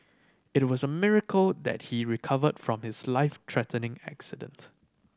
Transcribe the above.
it was a miracle that he recovered from his life threatening accident